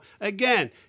again